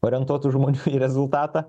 orientuotų žmonių į rezultatą